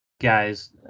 guys